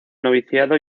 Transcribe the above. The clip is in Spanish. noviciado